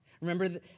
Remember